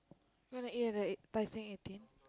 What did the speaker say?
you want to eat at the Tai Seng eighteen